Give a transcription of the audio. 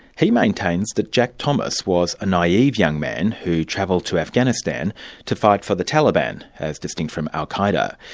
he maintains that jack thomas was a naive young man who travelled to afghanistan to fight for the taliban, as distinct from al-qa'eda.